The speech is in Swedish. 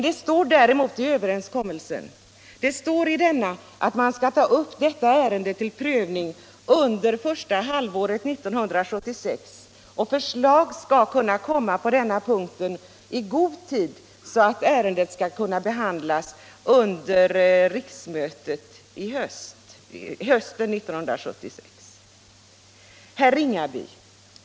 Det anges däremot i överenskommelsen att man skall ta upp detta ärende till prövning under första halvåret 1976 och att förslag skall framläggas på denna punkt i så god tid att ärendet skall kunna behandlas av riksmötet hösten 1976.